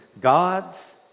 God's